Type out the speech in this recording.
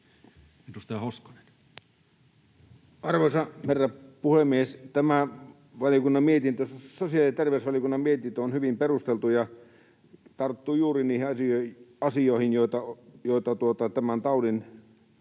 Arvoisa herra puhemies! Tämä sosiaali- ja terveysvaliokunnan mietintö on hyvin perusteltu ja tarttuu juuri niihin asioihin, joita tarvitaan